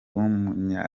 w’umunya